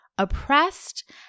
oppressed